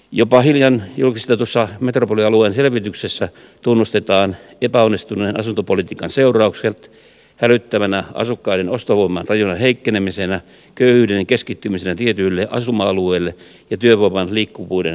jopa hiljan julkistetussa metropolialueen selvityksessä tunnustetaan epäonnistuneen asuntopolitiikan seuraukset hälyttävänä asukkaiden ostovoiman rajuna heikkenemisenä köyhyyden keskittymisenä tietyille asuma alueille ja työvoiman liikkuvuuden vaikeutumisena